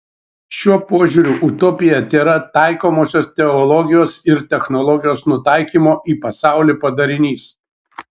šiuo požiūriu utopija tėra taikomosios teologijos ir technologijos nutaikymo į pasaulį padarinys